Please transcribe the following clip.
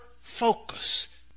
focus